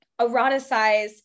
eroticize